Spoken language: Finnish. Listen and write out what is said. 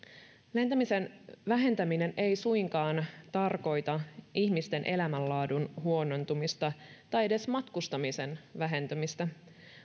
lentämisen vähentäminen ei suinkaan tarkoita ihmisten elämänlaadun huonontumista tai edes matkustamisen vähentymistä